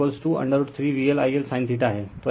इसलिए P √ 3VLI Lcos और Q √ 3VLI Lsin हैं